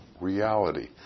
reality